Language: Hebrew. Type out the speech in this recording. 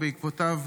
ובעקבותיו,